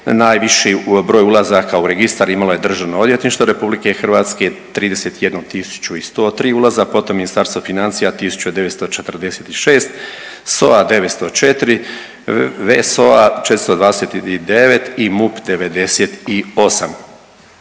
Najviši broj ulazaka u registar imalo je Državno odvjetništvo RH 31.103 ulaza, potom Ministarstvo financija 1.946, SOA 904, VSSOA 429 i MUP 98.